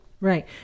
Right